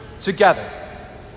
together